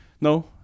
no